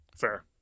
Fair